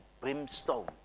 brimstone